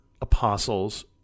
apostles